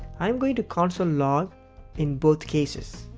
i am going to console log in both cases.